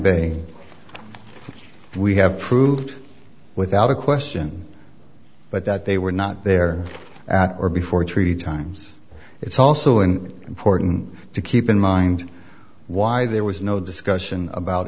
being we have proved without a question but that they were not there at or before treaty times it's also an important to keep in mind why there was no discussion about